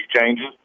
changes